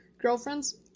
girlfriends